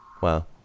Wow